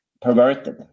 perverted